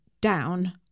down